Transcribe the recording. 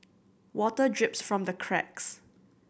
water drips from the cracks